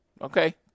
Okay